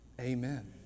Amen